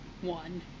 One